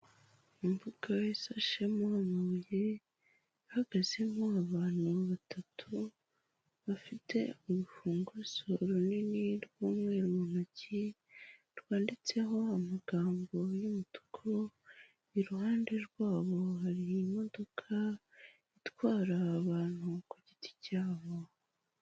Imbuga isashemo amabuye, ihagazemo abantu batatu bafite urufunguzo runini rw'umweru mu ntoki, rwanditseho amagambo y'umutuku, iruhande rwabo hari imodoka itwara abantu ku giti cyabo.